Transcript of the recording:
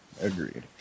Agreed